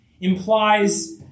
implies